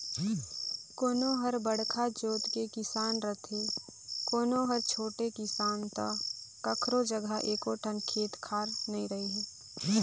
कोनो हर बड़का जोत के किसान रथे, कोनो हर छोटे किसान त कखरो जघा एको ठन खेत खार नइ रहय